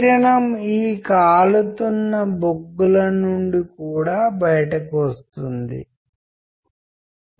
మనము అర్థాలను నిర్మించే విధానం మనం విషయాలను అర్థం చేసుకునే విధానం చాలా వరకు ఫిల్టర్లు అని పిలవబడే వాటిపై ఆధారపడి ఉంటుంది